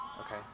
Okay